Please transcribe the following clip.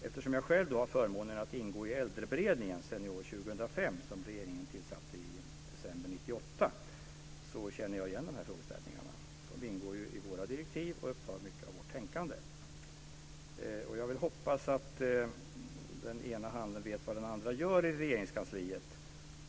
Eftersom jag själv har förmånen att ingå i Äldreberedningen, Senior 2005 - som regeringen tillsatte i december 1998 - känner jag igen de här frågeställningarna, som ingår i vårt direktiv och upptar mycket av vårt tänkande. Jag hoppas att den ena handen vet vad den andra gör i Regeringskansliet.